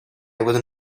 would